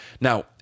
Now